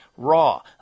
raw